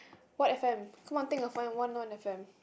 what F_M come on think of one one one F_M